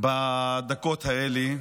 בדקות האלה.